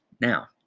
Now